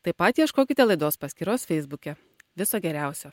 taip pat ieškokite laidos paskyros feisbuke viso geriausio